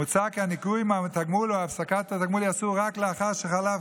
מוצע כי הניכוי מהתגמול או הפסקת התגמול ייעשו רק לאחר שחלף